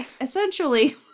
essentially